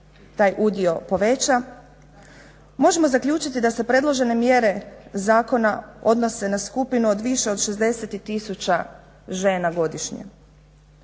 taj udio poveća. Možemo zaključiti da se predložene mjere zakona odnose na skupinu od više od 60 tisuća žena godišnje.